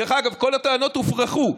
דרך אגב, כל הטענות הופרכו.